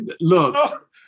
look